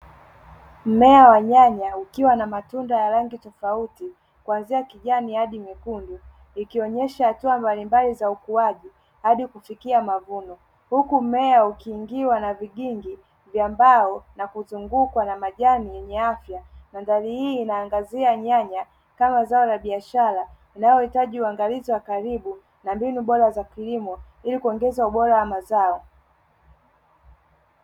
Mmea wa nyaya ukiwa na matunda ya rangi tofauti kwanzia kijani hadi nyekundu ikionyesha hatua mbalimbali za ukuaji hadi kufikia mavuno huku mmea hukingiwa na vigingi vya mbao na kuzungukwa na majani yenye afya. Mandhari hii inaangazia nyanya kama zao la biashara lianalohitaji uangalizi wa karibu na mbinu bora za kilimo ili kuongeza ubora wa mazao.